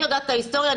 אני יודעת את ההיסטוריה.